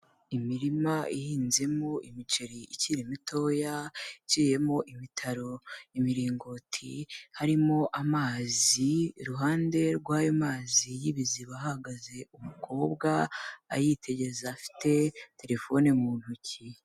Imirima ihinzemo imiceri ikiri mitoya iciyemo imitaro, imiringoti, harimo amazi, iruhande rw'ayo mazi y'ibiziba hahagaze umukobwa ayitegereza afite terefone mu ntoki.